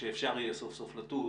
כשאפשר יהיה סוף סוף לטוס,